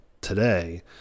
today